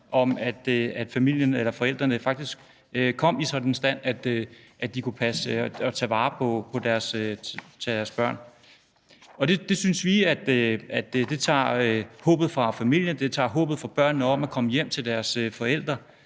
eller forældrene faktisk kom i en sådan tilstand, at de kunne passe og tage vare på deres barn. Det synes vi tager håbet fra familien og tager håbet fra børnene med hensyn til at komme hjem til deres forældre